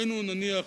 היינו, נניח,